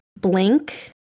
blink